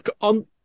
on